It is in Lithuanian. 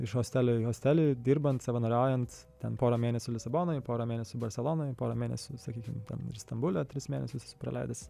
iš hostelio į hostelį dirbant savanoriaujant ten porą mėnesių lisabonoj porą mėnesių barselonoj porą mėnesių sakykim ten ir stambule tris mėnesius esu praleidęs